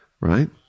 Right